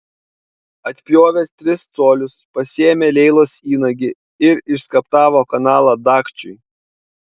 atpjovęs tris colius pasiėmė leilos įnagį ir išskaptavo kanalą dagčiui